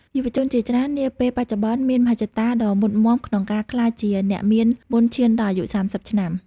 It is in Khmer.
យុវជនជាច្រើននាពេលបច្ចុប្បន្ន មានមហិច្ឆតាដ៏មុតមាំក្នុងការក្លាយជាអ្នកមានមុនឈានដល់អាយុ ៣០ ឆ្នាំ។